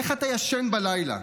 איך אתה ישן בלילה?